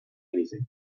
anything